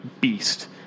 beast